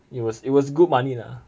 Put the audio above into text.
it was it was good money lah